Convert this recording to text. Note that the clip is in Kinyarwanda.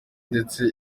ndetse